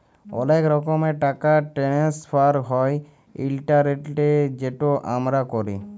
অলেক রকমের টাকা টেনেসফার হ্যয় ইলটারলেটে যেট আমরা ক্যরি